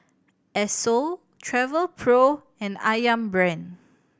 Esso Travelpro and Ayam Brand